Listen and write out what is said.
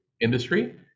industry